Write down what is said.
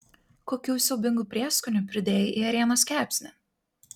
kokių siaubingų prieskonių pridėjai į ėrienos kepsnį